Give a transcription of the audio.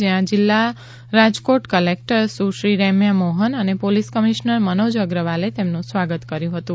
જ્યાં જિલ્લા રાજકોટ ક્લેક્ટર સુશ્રી રૈમ્યા મોહન અને પોલીસ કમિશનર મનોજ અગ્રવાલે તેમનું સ્વાગત કર્યું હતું